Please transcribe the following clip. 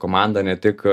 komanda ne tik